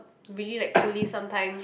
really like police sometimes